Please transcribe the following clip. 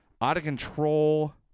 out-of-control